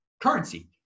currency